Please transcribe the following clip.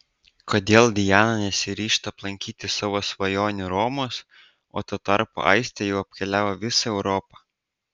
kodėl diana nesiryžta aplankyti savo svajonių romos o tuo tarpu aistė jau apkeliavo visą europą